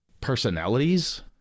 personalities